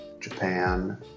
Japan